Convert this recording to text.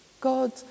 God